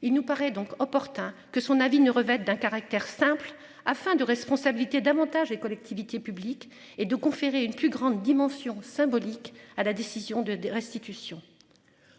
Il nous paraît donc opportun que son avis ne revêtent d'un caractère simple afin de responsabilité davantage les collectivités publiques et de conférer une plus grande dimension symbolique à la décision de de restitution.